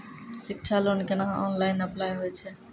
शिक्षा लोन केना online apply होय छै?